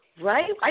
right